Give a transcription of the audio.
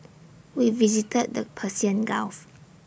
we visited the Persian gulf